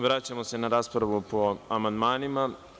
Vraćamo se na raspravu po amandmanima.